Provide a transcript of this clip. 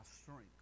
strength